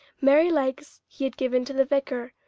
merrylegs he had given to the vicar,